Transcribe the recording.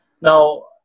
Now